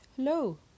Hello